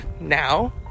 now